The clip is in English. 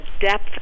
depth